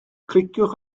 cliciwch